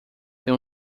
ter